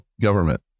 government